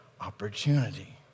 opportunity